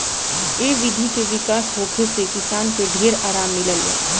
ए विधि के विकास होखे से किसान के ढेर आराम मिलल बा